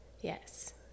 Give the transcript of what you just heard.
yes